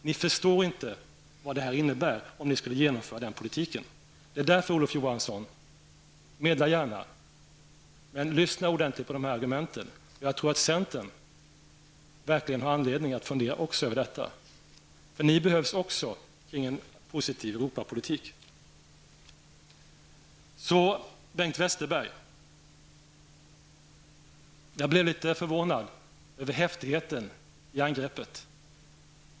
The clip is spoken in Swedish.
Ni förstår inte vad det skulle innebära om ni skulle genomföra er politik. Medla gärna, Olof Johansson, men lyssna ordentligt på dessa argument, för jag tror att centern verkligen har anledning att fundera över detta. Centern behövs också för en positiv Så till Bengt Westerberg: Jag blev litet förvånad över häftigheten i angreppet.